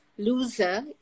Loser